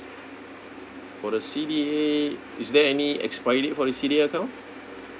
for the C_D_A is there any expiry date for the C_D_A account